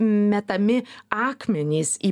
metami akmenys į